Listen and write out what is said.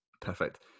Perfect